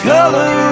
Color